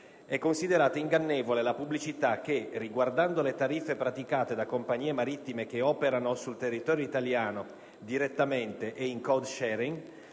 È considerata ingannevole la pubblicità che, riguardando le tariffe praticate da compagnie marittime che operano sul territorio italiano, direttamente e in *code-sharing*,